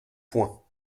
point